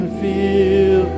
feel